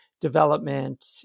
development